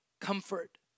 Comfort